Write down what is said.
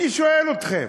אני שואל אתכם,